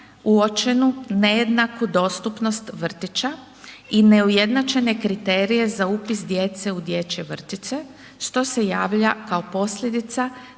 uočenu nejednaku dostupnost vrtića i neujednačene kriterije za upis dječje vrtiće što se javlja kao posljedica